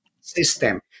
system